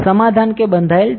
સમાધાન કે બંધાયેલ છે